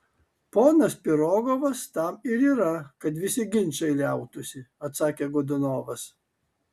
ponas pirogovas tam ir yra kad visi ginčai liautųsi atsakė godunovas